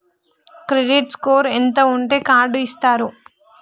Credit score ఎంత ఉంటే card ఇస్తారు?